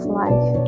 life